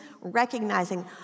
recognizing